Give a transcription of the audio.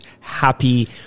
happy